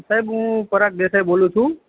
સાહેબ હું પરાગ દેસાઈ બોલું છું